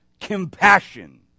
compassion